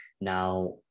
Now